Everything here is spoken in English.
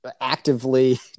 actively